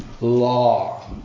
Law